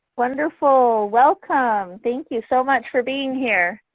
wonderful. welcome. thank you so much for being here.